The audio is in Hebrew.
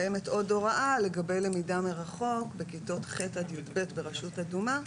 קיימת עוד הוראה לגבי למידה מרחוק בכיתות ח' עד יב' ברשות אדומה,